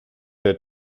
der